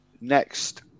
next